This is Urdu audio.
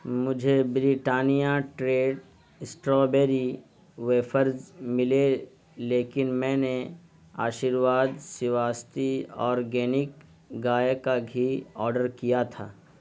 مجھے بریٹانیا ٹریٹ اسٹرابیری ویفرز ملے لیکن میں نے آشرواد سواستی آرگینک گائے کا گھی آڈر کیا تھا